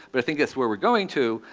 but i think that's where we're going to.